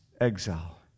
exile